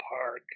park